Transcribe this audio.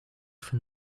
for